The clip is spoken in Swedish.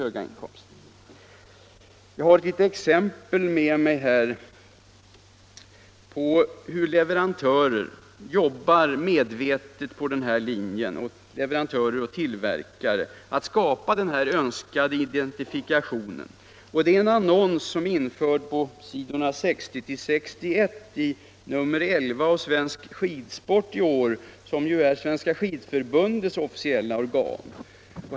Jag har här ett exempel på hur leverantörer medvetet jobbar efter linjen att skapa den önskade identifikationen. Det är en annons som är införd på s. 60-61 i nr 11 av Svensk Skidsport för i år, som ju är Svenska skidförbundets officiella organ.